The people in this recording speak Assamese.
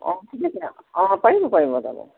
অঁ ঠিক আছে অঁ পাৰিব পাৰিব যাব